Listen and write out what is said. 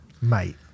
Mate